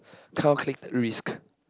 calculate the risk